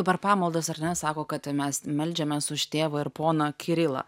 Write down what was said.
dabar pamaldos ar ne sako kad mes meldžiamės už tėvą ir poną kirilą